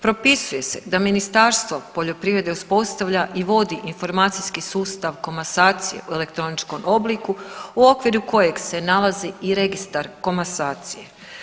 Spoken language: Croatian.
Propisuje se da Ministarstvo poljoprivrede uspostavlja i vodi informacijski sustav komasacije u elektroničkom obliku u okviru kojeg se nalazi i registar komasacije.